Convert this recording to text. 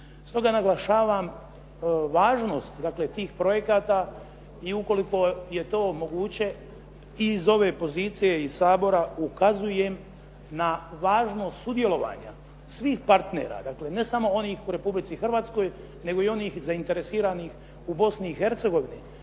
Stoga naglašavam važnost dakle tih projekata i ukoliko je to moguće i iz ove pozicije, iz Sabora ukazujem na važnost sudjelovanja svih partnera, dakle ne samo onih u Republici Hrvatskoj nego i onih zainteresiranih u Bosni i Hercegovini.